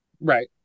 Right